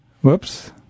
Whoops